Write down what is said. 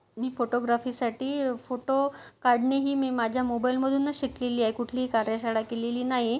मी फोटोग्राफीसाठी फोटो काढणे ही मी माझ्या मोबाईलमधूनच शिकलेली आहे कुठलीही कार्यशाळा केलेली नाही